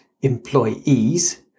employees